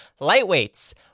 lightweights